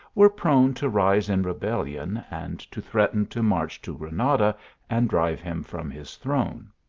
were prone to rise in rebellion and to threaten to march to granada and drive him from his throne.